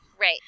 Right